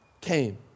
came